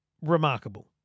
remarkable